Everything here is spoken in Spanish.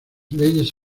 leyes